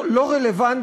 הראשונה.